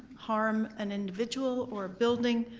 harm an individual or a building.